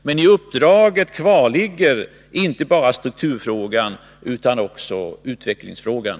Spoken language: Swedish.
I uppdraget kvarligger inte bara strukturfrågan utan också utvecklingsfrågan.